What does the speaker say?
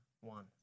one